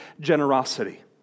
generosity